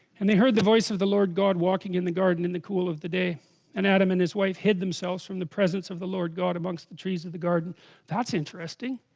and they heard the voice of the lord god walking in the garden in the cool of the day and adam and his wife hid themselves from the presence of the lord amongst the trees of the garden that's interesting